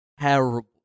terrible